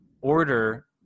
order